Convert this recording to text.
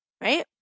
Right